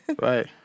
Right